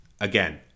Again